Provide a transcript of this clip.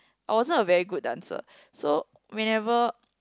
I wasn't a very good dancer so whenever